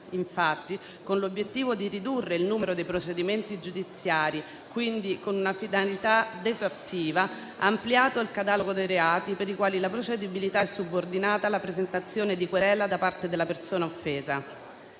penale, con l'obiettivo di ridurre il numero dei procedimenti giudiziari, quindi con una finalità deflattiva, ha ampliato il catalogo dei reati per i quali la procedibilità è subordinata alla presentazione di querela da parte della persona offesa.